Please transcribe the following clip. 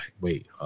wait